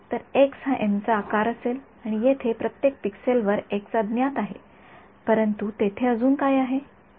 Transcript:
तर एक्स हा एमचा आकार असेल आणि येथे प्रत्येक पिक्सेलवर एक्सअज्ञात आहे परंतु तेथे अजून काय आहे